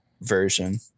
version